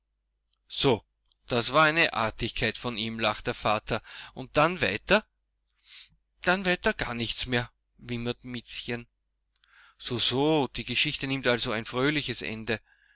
so das war eine artigkeit von ihm lachte der vater und dann weiter dann weiter gar nichts mehr wimmerte miezchen so so die geschichte nimmt also ein fröhliches ende